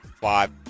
five